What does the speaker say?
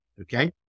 okay